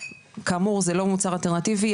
כאמור זה לא מוצר אלטרנטיבי,